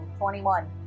21